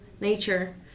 nature